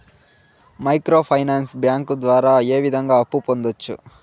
micro finance bank ద్వారా ఏ విధంగా అప్పు పొందొచ్చు